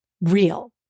real